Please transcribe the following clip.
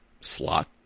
slot